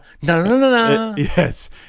yes